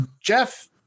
Jeff